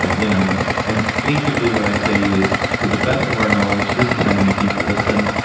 ah you know and and basically, what i say is, to the best of our knowledge, this is how many people listen.